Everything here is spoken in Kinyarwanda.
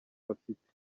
bafite